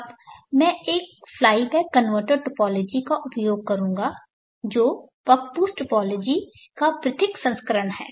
अब मैं एक फ्लाई बैक कनवर्टर टोपोलॉजी का उपयोग करूंगा जो बक बूस्ट टोपोलॉजी का पृथक संस्करण है